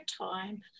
time